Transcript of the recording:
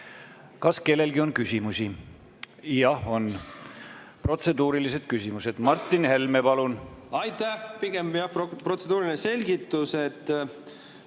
Kas kellelgi on küsimusi? Jah, on. Protseduurilised küsimused. Martin Helme, palun! Aitäh! Pigem protseduuriline selgitus.